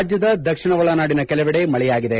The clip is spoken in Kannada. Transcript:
ರಾಜ್ಯದ ದಕ್ಷಿಣ ಒಳನಾಡಿನ ಕೆಲವೆಡೆ ಮಳೆಯಾಗಿದೆ